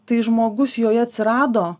tai žmogus joje atsirado